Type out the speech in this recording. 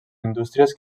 indústries